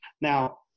Now